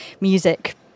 music